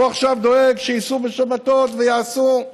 והוא עכשיו דואג שייסעו בשבתות ויעשו.